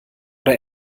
der